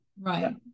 Right